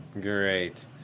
Great